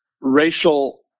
racial